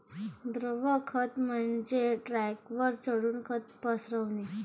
द्रव खत म्हणजे ट्रकवर चढून खत पसरविणे